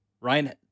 Ryan